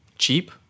Cheap